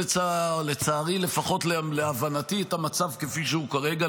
לצערי ולפחות להבנתי את המצב כפי שהוא כרגע,